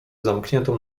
zamkniętą